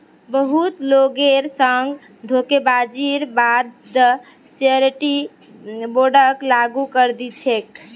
बहुत लोगेर संग धोखेबाजीर बा द श्योरटी बोंडक लागू करे दी छेक